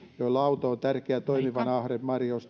joille auto on tärkeä toimivan arjen